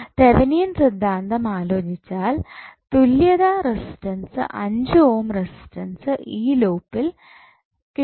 Thevenin സിദ്ധാന്തം ആലോചിച്ചാൽ തുല്യത റെസിസ്റ്റൻസ് 5 ഓം റെസിസ്റ്റൻസ് ഈലൂപിൽ കിട്ടു